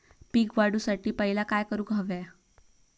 पीक वाढवुसाठी पहिला काय करूक हव्या?